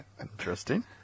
Interesting